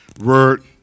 word